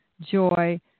joy